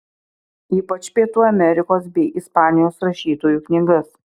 ypač pietų amerikos bei ispanijos rašytojų knygas